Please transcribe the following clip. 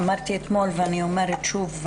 אדוני יושב הראש,